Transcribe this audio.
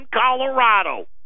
Colorado